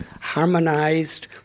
harmonized